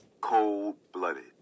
Cold-blooded